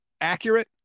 accurate